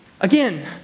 Again